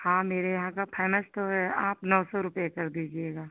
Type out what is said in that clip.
हाँ मेरे यहाँ का फैमस तो है आप नौ सौ रुपये कर दीजिएगा